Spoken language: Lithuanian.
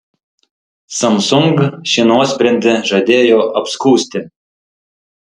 samsung šį nuosprendį žadėjo apskųsti